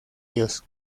dios